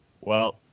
Well-